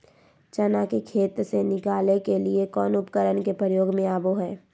चना के खेत से निकाले के लिए कौन उपकरण के प्रयोग में आबो है?